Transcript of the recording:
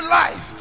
life